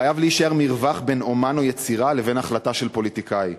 חייב להישאר מרווח בין אמן או יצירה לבין החלטה של פוליטיקאי.